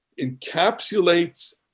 encapsulates